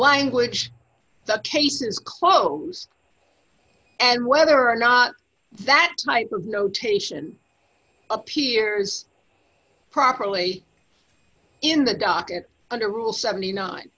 language the case is closed and whether or not that type of notation appears properly in the docket under rule seventy nine